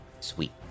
Sweet